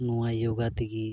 ᱱᱚᱣᱟ ᱡᱳᱜᱟ ᱛᱮᱜᱮ